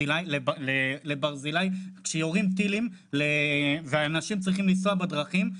לברזילאי כשיורים טילים ואנשים צריכים לנסוע בדרכים,